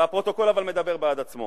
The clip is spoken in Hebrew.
אבל הפרוטוקול מדבר בעד עצמו.